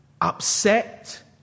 upset